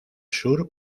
sur